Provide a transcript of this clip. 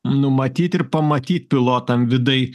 numatyt ir pamatyt pilotam vidai